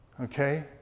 Okay